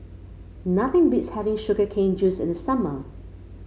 nothing beats having Sugar Cane Juice in the summer